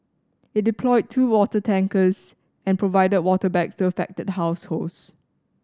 it deployed two water tankers and provided water bags to affected households